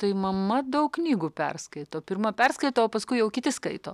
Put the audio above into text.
tai mama daug knygų perskaito pirma perskaito o paskui jau kiti skaito